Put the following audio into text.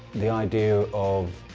the idea of